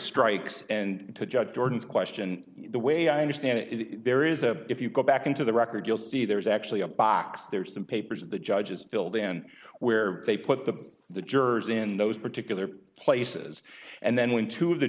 strikes and to judge jordan's question the way i understand it there is a if you go back into the record you'll see there's actually a box there some papers of the judges filled in where they put the the jurors in those particular places and then when two